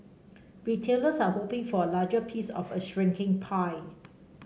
retailers are hoping for a larger piece of a shrinking pie